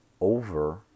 over